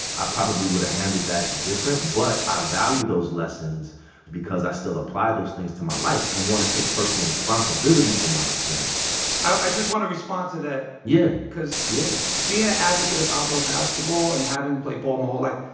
i probably would have handled that different. but i value those lessons because i still apply those things to my life and want to take personal responsibility for my experience i just want to respond to that yeah. because yeah being an advocate of outdoor basketball and having played ball my whole life